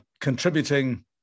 contributing